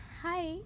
Hi